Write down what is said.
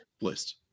list